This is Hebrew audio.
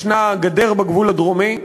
יש גדר בגבול הדרומי.